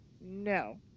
No